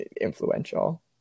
influential